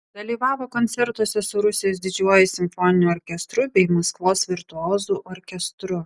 dalyvavo koncertuose su rusijos didžiuoju simfoniniu orkestru bei maskvos virtuozų orkestru